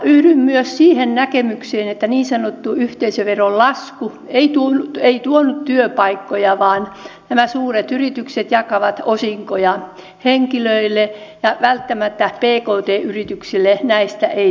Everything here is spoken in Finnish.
yhdyn myös siihen näkemykseen että niin sanottu yhteisöveron lasku ei tuonut työpaikkoja vaan nämä suuret yritykset jakavat osinkoja henkilöille ja välttämättä pkt yrityksille näistä ei tullut mitään hyötyä